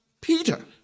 Peter